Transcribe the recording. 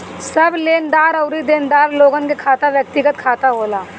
सब लेनदार अउरी देनदार लोगन के खाता व्यक्तिगत खाता होला